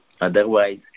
Otherwise